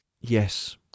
Yes